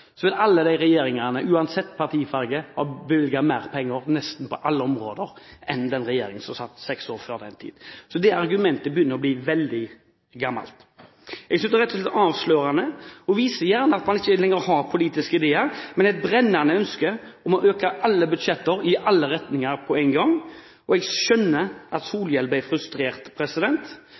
så mye mer enn den forrige regjeringen. Hvis vi går seks år tilbake i tid fra enhver regjering som har sittet, vil alle regjeringene, uansett partifarge, ha bevilget mer penger på nesten alle områder enn den regjeringen som satt seks år før. Det argumentet begynner å bli veldig gammelt. Jeg synes det er rett og slett avslørende og viser at man gjerne ikke har politiske ideer, men et brennende ønske om å øke alle budsjetter i alle retninger på en gang. Jeg skjønner at